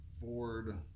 Ford